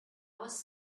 was